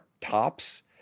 tops